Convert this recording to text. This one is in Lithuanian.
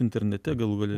internete galų gale